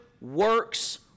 works